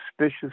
suspicious